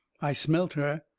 i smelt her.